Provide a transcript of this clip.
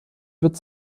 wird